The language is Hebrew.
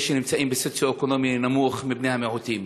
אלה שנמצאים במצב סוציו-אקונומי נמוך מבני המיעוטים.